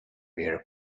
wear